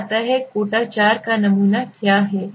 अब आता है कोटा 4 का नमूना क्या है